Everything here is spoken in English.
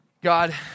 God